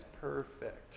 perfect